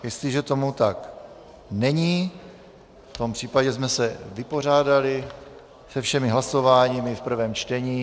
Jestliže tomu tak není, v tom případě jsme se vypořádali se všemi hlasováními v prvém čtení.